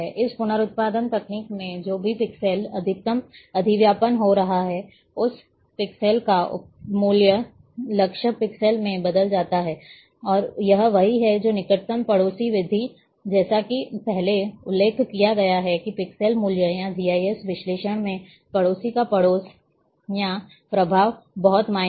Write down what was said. इस पुनरुत्पादन तकनीक में जो भी पिक्सेल अधिकतम अधिव्यापन हो रहा है उस पिक्सेल का मूल्य लक्ष्य पिक्सेल में बदल जाता है और यह वही है जो निकटतम पड़ोसी विधि है जैसा कि पहले उल्लेख किया गया है कि पिक्सेल मूल्यों या जीआईएस विश्लेषण में पड़ोसी का पड़ोस और प्रभाव बहुत मायने रखता है